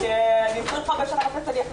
אני זוכר את אמא שלי ז"ל במלחמת המפרץ.